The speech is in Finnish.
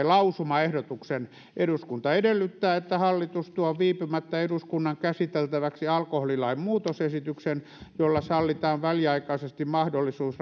lausumaehdotuksen eduskunta edellyttää että hallitus tuo viipymättä eduskunnan käsiteltäväksi alkoholilain muutosesityksen jolla sallitaan väliaikaisesti mahdollisuus